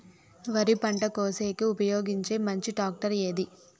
వరి పంట కోసేకి ఉపయోగించే మంచి టాక్టర్ ఏది?